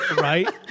Right